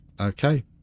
Okay